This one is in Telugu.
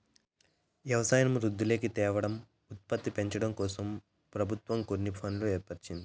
వ్యవసాయంను వృద్ధిలోకి తేవడం, ఉత్పత్తిని పెంచడంకోసం ప్రభుత్వం కొన్ని ఫండ్లను ఏర్పరిచింది